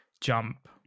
jump